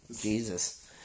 Jesus